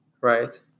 right